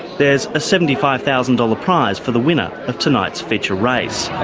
there's a seventy five thousand dollars prize for the winner of tonight's feature race.